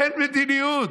אין מדיניות.